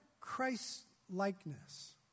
Christ-likeness